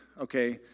okay